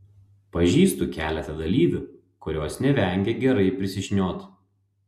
pažįstu keletą dalyvių kurios nevengia gerai prisišniot